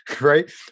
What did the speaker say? right